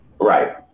Right